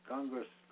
Congress